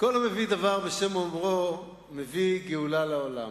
כל המביא דבר בשם אומרו מביא גאולה לעולם.